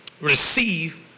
receive